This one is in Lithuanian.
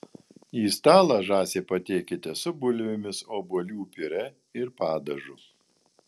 į stalą žąsį patiekite su bulvėmis obuolių piurė ir padažu